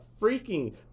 freaking